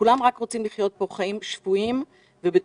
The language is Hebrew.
כולם רק רוצים לחיות פה חיים שפויים ובטוחים,